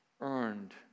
earned